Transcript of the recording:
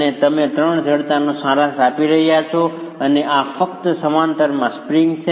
અને તમે 3 જડતાનો સારાંશ આપી રહ્યા છો અને આ ફક્ત સમાંતરમાં સ્પ્રિંગ્સ છે